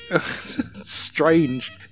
Strange